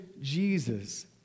Jesus